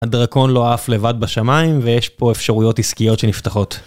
הדרקון לא עף לבד בשמיים ויש פה אפשרויות עסקיות שנפתחות.